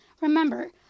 Remember